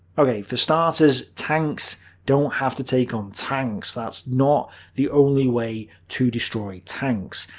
ok, for starters, tanks don't have to take on tanks. that's not the only way to destroy tanks.